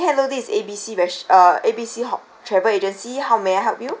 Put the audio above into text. this is A B C res~ uh A B C ho~ travel agency how may I help you